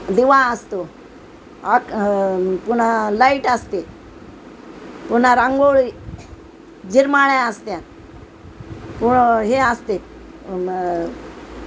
दिवा असतो अक पुन्हा लाईट असते पुन्हा रंगोळी झिरमिळ्या असतात पण हे असते